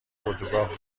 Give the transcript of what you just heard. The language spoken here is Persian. اردوگاه